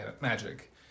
magic